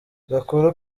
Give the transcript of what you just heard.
gakuru